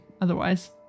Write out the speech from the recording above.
Otherwise